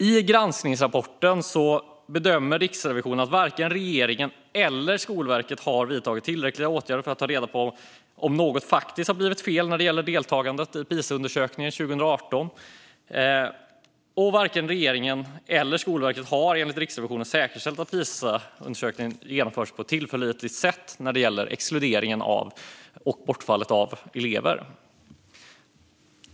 I granskningsrapporten bedömer Riksrevisionen att varken regeringen eller Skolverket har vidtagit tillräckliga åtgärder för att ta reda på om något faktiskt har blivit fel när det gäller deltagandet i Pisaundersökningen 2018. Men varken regeringen eller Skolverket har enligt Riksrevisionen säkerställt att Pisaundersökningen genomfördes på ett tillförlitligt sätt när det gäller exkludering och bortfall av elever.